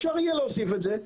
אפשר יהיה להוסיף את זה.